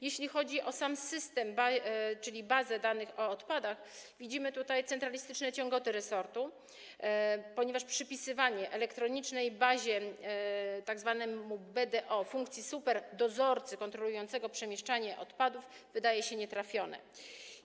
Jeśli chodzi o sam system, w tym bazę danych o odpadach, widzimy tutaj centralistyczne ciągoty resortu, a przypisywanie elektronicznej bazie, tzw. BDO, funkcji superdozorcy kontrolującego przemieszczanie odpadów wydaje się nietrafione.